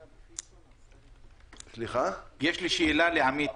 יש לי שאלה לעמית.